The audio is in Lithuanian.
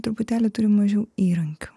truputėlį turi mažiau įrankių